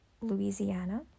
Louisiana